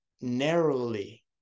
narrowly